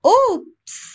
Oops